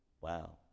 Wow